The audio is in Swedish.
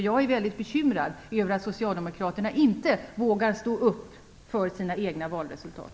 Jag är väldigt bekymrad över att socialdemokraterna inte vågar stå upp för sina egna valresultat.